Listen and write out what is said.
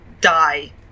die